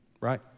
right